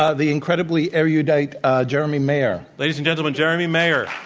ah the incredibly erudite ah jeremy mayer. ladies and gentlemen, jeremy mayer.